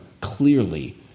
clearly